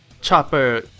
Chopper